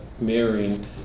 marrying